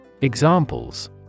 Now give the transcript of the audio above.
Examples